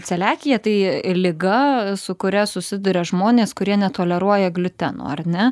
celiakija tai liga su kuria susiduria žmonės kurie netoleruoja gliuteno ar ne